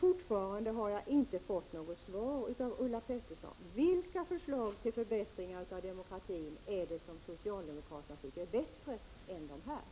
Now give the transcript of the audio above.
Fortfarande har jag inte fått något svar av Ulla Pettersson: Vilka förslag till förbättringar av demokratin tycker socialdemokraterna är bättre än dessa?